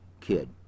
kid